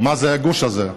מה זה הגוש הזה?